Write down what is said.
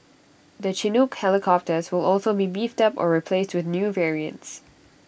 the Chinook helicopters will also be beefed up or replaced with new variants